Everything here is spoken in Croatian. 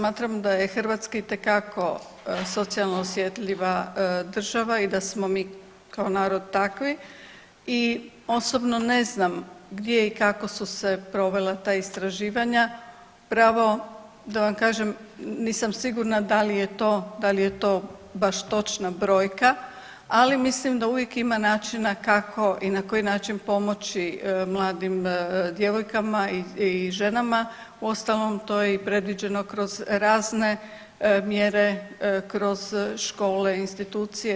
Ja smatram da je Hrvatska itekako socijalno osjetljiva država i da smo mi kao narod takvi i osobno ne znam gdje i kako su se provela ta istraživanja pravo da vam kažem nisam sigurna da li je to, da li je to baš točna brojka, ali mislim da uvijek ima načina kako i na koji način pomoći mladim djevojkama i ženama, uostalom to je i predviđeno kroz razne mjere, kroz škole, institucije.